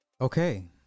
okay